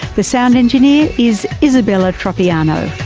the sound engineer is isabella tropiano.